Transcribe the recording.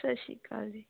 ਸਤਿ ਸ਼੍ਰੀ ਅਕਾਲ ਜੀ